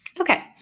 okay